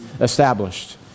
established